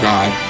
God